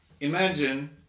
imagine